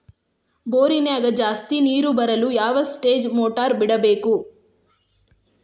ಬೋರಿನ್ಯಾಗ ಜಾಸ್ತಿ ನೇರು ಬರಲು ಯಾವ ಸ್ಟೇಜ್ ಮೋಟಾರ್ ಬಿಡಬೇಕು?